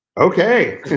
Okay